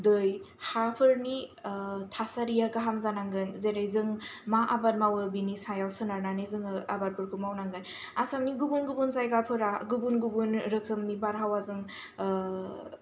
दै हाफोरनि थासारिया गाहाम जानांगोन जेरै जों मा आबाद मावो बेनि सायाव सोनारनानै जोङो आबादफोरखौ मावनांगोन आसामनि गुबुन गुबुन जायगाफोरा गुबुन गुबुन रोखोमनि बारहावाजों